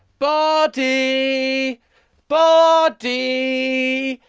body! body!